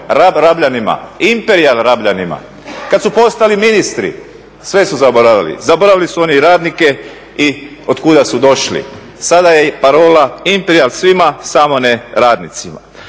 Rabljanima, Imperijal Rabljanima, kada su postali ministri sve su zaboravili, zaboravili su oni radnike i od kuda su došli. Sada je parola Imperijal svima samo ne radnicima.